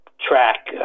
track